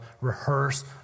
rehearse